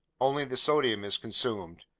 only the sodium is consumed,